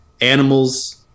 animals